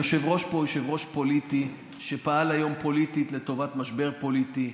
היושב-ראש פה הוא יושב-ראש פוליטי שפעל היום פוליטית לטובת משבר פוליטי.